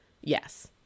Yes